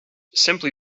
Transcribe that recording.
simply